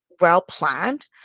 well-planned